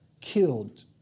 Killed